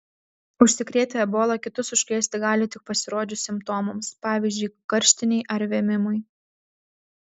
užsikrėtę ebola kitus užkrėsti gali tik pasirodžius simptomams pavyzdžiui karštinei ar vėmimui